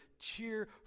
cheer